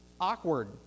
awkward